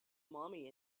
mommy